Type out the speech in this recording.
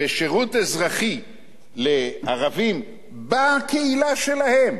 ולשירות אזרחי לערבים בקהילה שלהם